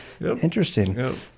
Interesting